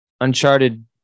Uncharted